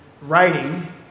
writing